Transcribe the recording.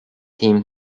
team